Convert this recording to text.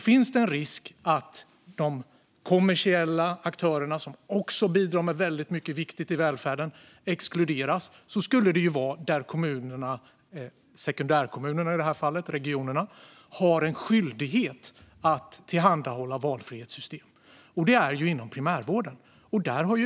Finns det en risk att de kommersiella aktörerna, som också bidrar med väldigt mycket viktigt i välfärden, exkluderas skulle det ju vara där kommunerna - i det här fallet sekundärkommunerna, eller regionerna - har en skyldighet att tillhandahålla valfrihetssystem. Det är ju inom primärvården.